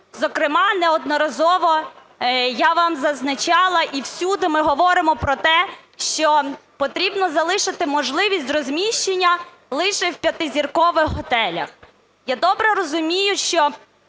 Зокрема неодноразово я вам зазначала, і всюди ми говоримо про те, що потрібно залишити можливість розміщення лише в п'ятизіркових готелях. Я добре розумію, що